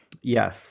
Yes